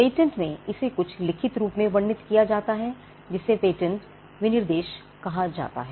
patent में इसे कुछ लिखित रूप में वर्णित किया जाता है जिसे पेटेंट विनिर्देश कहा जाता है